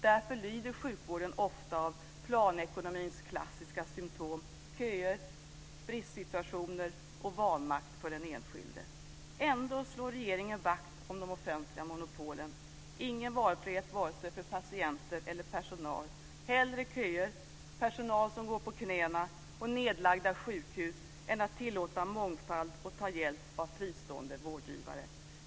Därför lider sjukvården ofta av planekonomins klassiska symtom: köer, bristsituationer och vanmakt för den enskilde. Ändå slår regeringen vakt om de offentliga monopolen: ingen valfrihet vare sig för patienter eller personal, heller köer, personal som går på knäna och nedlagda sjukhus än att tillåta mångfald och ta hjälp av fristående vårdgivare.